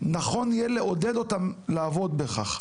נכון יהיה לעודד אותן לעבוד בכך.